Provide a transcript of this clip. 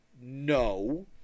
No